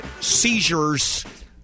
seizures